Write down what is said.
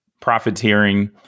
profiteering